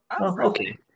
Okay